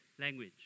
language